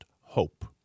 Hope